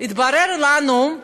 התברר לנו,